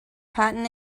patent